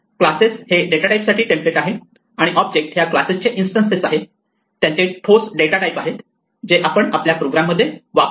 classes हे data type साठी template आहेत आणि ऑब्जेक्ट हे या क्लासेसचे इन्स्टंसेस आहेत त्यांचे ठोस डेटा टाईप आहेत जे आपण आपल्या प्रोग्राम मध्ये वापरतो